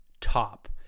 top